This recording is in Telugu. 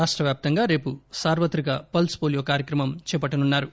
రాష్ట వ్యాప్తంగా రేపు సార్వత్రిక పల్ప్ పోలీయో కార్యక్రమం చేపట్టనున్నా రు